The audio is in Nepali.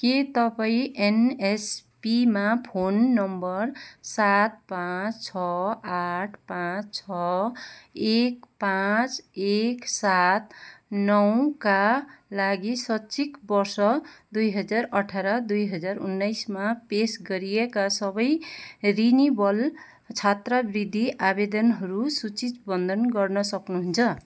के तपाईँँ एनएसपीमा फोन नम्बर सात पाँच छ आठ पाँच छ एक पाँच एक सात नौ का लागि शक्षिक वर्ष दुई हजार अठार दुई हजार उन्नाइसमा पेस गरिएका सबै रिनिवल छात्रवृद्दि आवेदनहरू सूचीबद्ध गर्न सक्नुहुन्छ